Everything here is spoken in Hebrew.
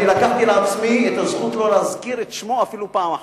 אני לקחתי לעצמי את הזכות לא להזכיר את שמו אפילו פעם אחת.